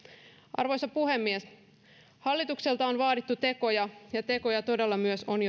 arvoisa puhemies hallitukselta on vaadittu tekoja ja tekoja todella on